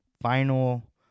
final